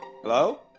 Hello